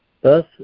Thus